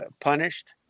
punished